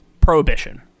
Prohibition